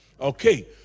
Okay